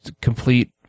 complete